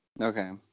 Okay